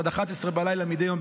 עד 23:00 מדי יום,